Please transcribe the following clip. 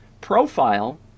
profile